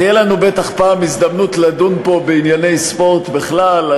תהיה לנו בטח פעם הזדמנות לדון פה בענייני ספורט בכלל,